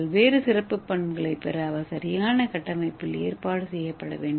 பல்வேறு நாவல் பண்புகளைப் பெற அவை சரியான கட்டமைப்பில் ஏற்பாடு செய்யப்பட வேண்டும்